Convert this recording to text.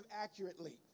accurately